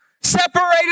separated